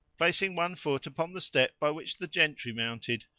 placing one foot upon the step by which the gentry mounted,